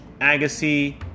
agassi